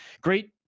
great